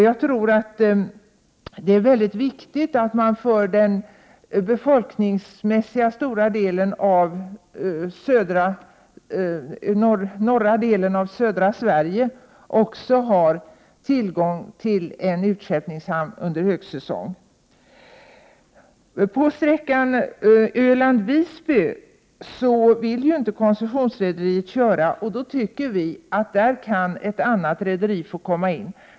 Jag tror att det är viktigt att det för det befolkningsmässigt stora området i norra delen av södra Sverige finns tillgång till utskeppningshamn under högsäsong. Koncessionsrederiet vill inte köra sträckan Öland-Visby. Där tycker vi att ett annat rederi kan få ta över.